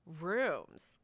rooms